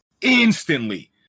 Instantly